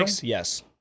Yes